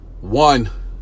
one